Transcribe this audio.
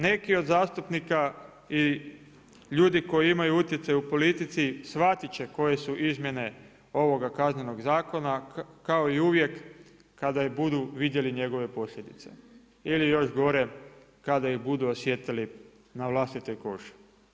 Neki od zastupnika i ljudi koji imaju utjecaj u politici shvatiti će koje su izmjene ovoga Kaznenog zakona kao i uvijek kada budu vidjeli njegove posljedice ili još gore kada ih budu osjetili na vlastitoj koži.